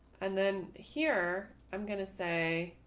and then here i'm going to say.